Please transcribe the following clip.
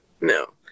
no